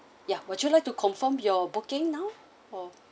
ya would you like to confirm your booking now or